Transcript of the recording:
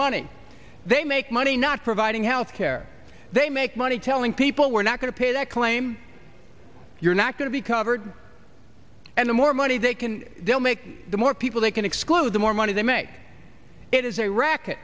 money they make money not providing health care they make money telling people we're not going to pay that claim you're not going to be covered and the more money they can make the more people they can exclude the more money they make it is